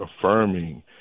affirming